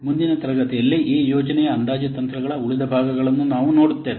ಮುಂದಿನ ತರಗತಿಯಲ್ಲಿ ಈ ಯೋಜನೆಯ ಅಂದಾಜು ತಂತ್ರಗಳ ಉಳಿದ ಭಾಗಗಳನ್ನು ನಾವು ನೋಡುತ್ತೇವೆ